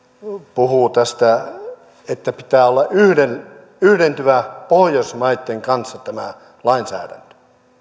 puhuvat tästä että pitää olla yhdentyvä pohjoismaitten kanssa tämä lainsäädäntö